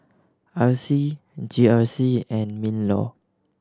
R C G R C and MinLaw